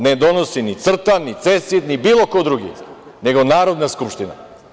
Ne donose ni CRTA, ni CESID, ni bilo ko drugi, nego Narodna skupština.